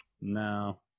No